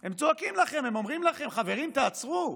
הם צועקים לכם, הם אומרים לכם: חברים, תעצרו,